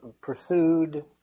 pursued